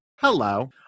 Hello